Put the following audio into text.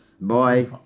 Bye